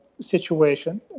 situation